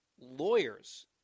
lawyers